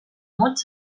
mots